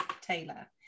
Taylor